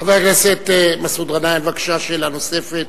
חבר הכנסת מסעוד גנאים, בבקשה, שאלה נוספת,